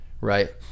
right